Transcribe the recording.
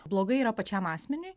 blogai yra pačiam asmeniui